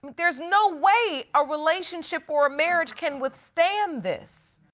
there's no way a relationship or a marriage can withstand this.